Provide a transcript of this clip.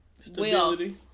stability